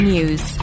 News